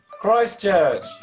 Christchurch